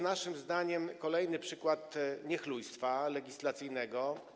Naszym zdaniem to jest kolejny przykład niechlujstwa legislacyjnego.